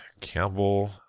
Campbell